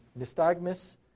nystagmus